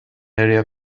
area